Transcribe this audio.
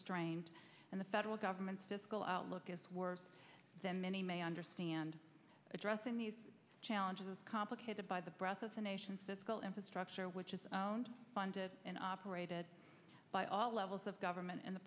strained and the federal government's fiscal outlook is worse than many may understand addressing these challenges complicated by the breadth of the nation's fiscal infrastructure which is funded and operated by all levels of government in the